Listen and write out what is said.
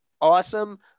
awesome